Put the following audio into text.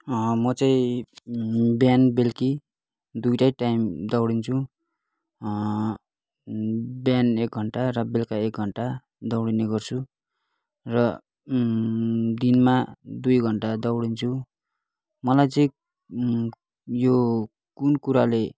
म चाहिँ बिहान बेलुकी दुईटै टाइम दौडिन्छु बिहान एक घन्टा र बेलुका एक घन्टा दौडिने गर्छु र दिनमा दुई घन्टा दौडिन्छु मलाई चाहिँ यो कुन कुराले